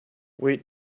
wait